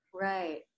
right